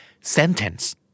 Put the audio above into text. Sentence